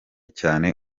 cyane